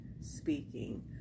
speaking